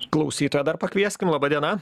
klausytoją dar pakvieskim laba diena